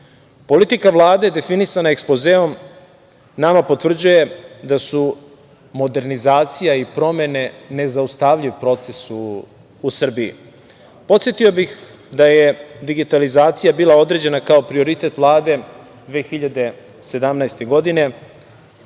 Politika Vlade, definisana ekspozeom, nama potvrđuje da su modernizacija i promene, nezaustavljiv proces u Srbiji. Podsetio bih da je digitalizacija bila određena kao prioritet Vlade 2017. godine,